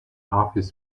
office